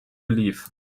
relief